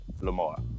Lamar